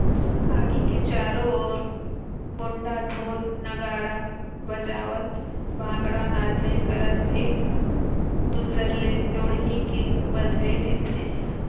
आगी के चारों मुड़ा ढोर नगाड़ा बजावत भांगडा नाचई करत एक दूसर ले लोहड़ी के बधई देथे